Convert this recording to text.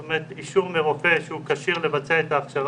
זאת אומרת אישור מרופא שהוא כשיר לבצע את ההכשרה,